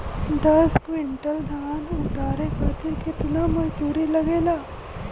दस क्विंटल धान उतारे खातिर कितना मजदूरी लगे ला?